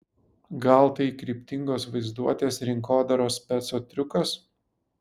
gal tai kryptingos vaizduotės rinkodaros speco triukas